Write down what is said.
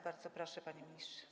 Bardzo proszę, panie ministrze.